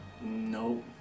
No